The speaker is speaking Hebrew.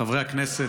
חברי הכנסת,